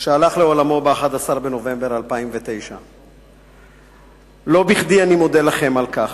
שהלך לעולמו ב-11 בנובמבר 2009. לא בכדי אני מודה לכם על כך.